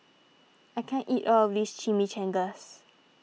I can't eat all of this Chimichangas